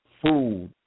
Food